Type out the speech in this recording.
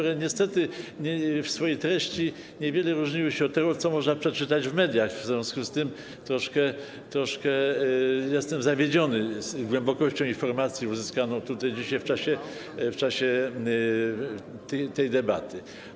One niestety w swojej treści niewiele różniły się od tego, co można przeczytać w mediach, w związku z tym troszkę jestem zawiedziony głębokością informacji uzyskanej tutaj dzisiaj w czasie tej debaty.